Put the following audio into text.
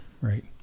right